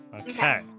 Okay